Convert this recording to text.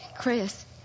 Chris